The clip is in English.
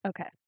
Okay